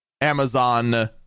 Amazon